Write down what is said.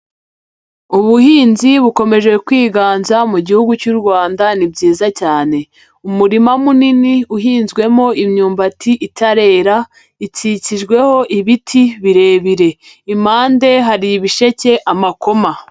Ubuhinzi bukomeje kwiganza mu gihugu cy'u Rwanda, ni byiza cyane. Umurima munini uhinzwemo imyumbati itarera, ikikijweho ibiti birebire. Impande hari ibisheke, amakoma.